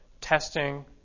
testing